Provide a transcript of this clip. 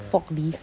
forklift